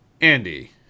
Andy